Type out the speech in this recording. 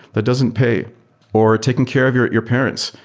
that doesn't pay or taking care of your your parents,